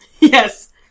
Yes